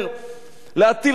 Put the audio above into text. להטיל רפש עליו.